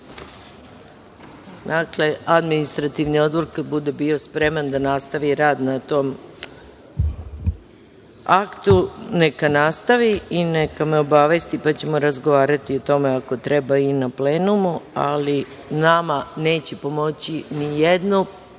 ja. Dakle, Administrativni odbor kada bude bio spreman da nastavi rad na tom aktu, neka nastavi i neka me obavesti, pa ćemo razgovarati o tome, ako treba i na plenumu, ali nama neće pomoći ni jedno